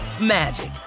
magic